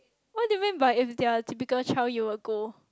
what do you mean by if they're typical child you will go